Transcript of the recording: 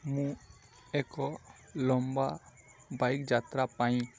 ମୁଁ ଏକ ଲମ୍ବା ବାଇକ୍ ଯାତ୍ରା ପାଇଁ